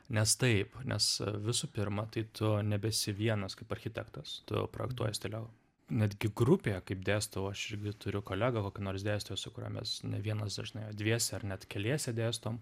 nes taip nes visų pirma tai tu nebesi vienas kaip architektas tu jau projektuojies toliau netgi grupėje kaip dėstau aš irgi turiu kolegą kokį nors dėstytoją su kuriuo mes ne vienas dažnai o dviese ar net keliese dėstom